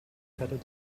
detected